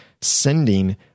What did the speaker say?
sending